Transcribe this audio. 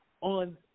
on